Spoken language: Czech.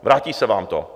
Vrátí se vám to.